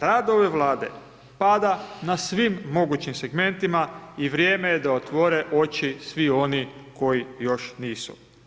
Rad ove Vlade pada na svim mogućim segmentima i vrijeme je da otvore oči svi oni koji još nisu.